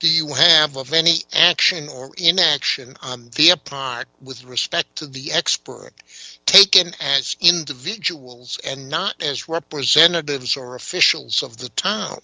do you have of any action or inaction on the upon with respect to the expert taken as individuals and not as representatives or officials